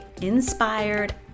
inspired